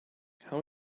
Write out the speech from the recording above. how